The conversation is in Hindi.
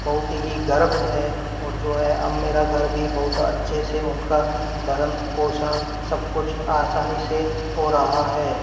बहुत ही गर्व है और जो है अब मेरा घर भी बहुत अच्छे से उनका भरण पोषण सब कुछ आसानी से हो रहा है